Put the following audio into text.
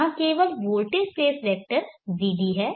यहां केवल voltage space vector vd है